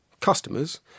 customers